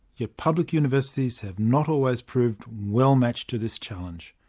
yet public universities have not always proved well-matched to this challenge.